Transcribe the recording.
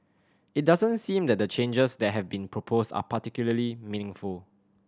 it doesn't seem that the changes that have been proposed are particularly meaningful